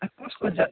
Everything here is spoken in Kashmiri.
تۄہہِ کُس کُس